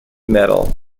medal